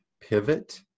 pivot